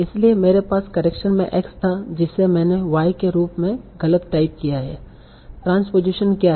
इसलिए मेरे पास करेक्शन में x था जिसे मैंने y के रूप में गलत टाइप किया है ट्रांसपोज़ेशन क्या है